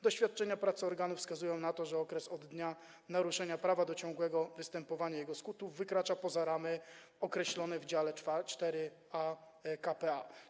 Doświadczenia pracy organów wskazują na to, że okres od dnia naruszenia prawa do ciągłego występowania jego skutków wykracza poza ramy określone w dziale IVa k.p.a.